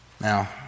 Now